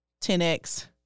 10x